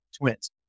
Twins